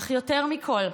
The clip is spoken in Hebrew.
אך יותר מכול,